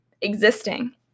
existing